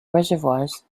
reservoirs